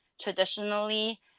traditionally